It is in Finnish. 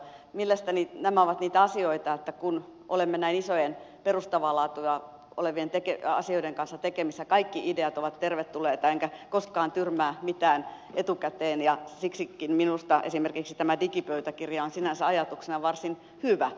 mielestäni nämä ovat niitä asioita että kun olemme näin isojen perustavaa laatua olevien asioiden kanssa tekemisissä kaikki ideat ovat tervetulleita enkä koskaan tyrmää mitään etukäteen ja siksikin minusta esimerkiksi tämä digipöytäkirja on sinänsä ajatuksena varsin hyvä